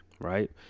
Right